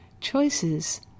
choices